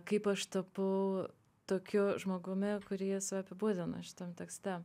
kaip aš tapau tokiu žmogumi kurį apibūdina šitam tekste